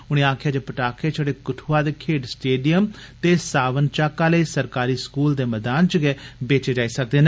उनें आक्खेआ जे पटाखे छड़े कठुआ दे खेड्ड स्टेडियम ते सावन चक्क आले सरकारी स्कूल दे मैदान च गै बेचे जाई सकदे न